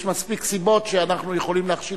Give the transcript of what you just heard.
יש מספיק סיבות שאנחנו יכולים להכשיל